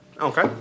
Okay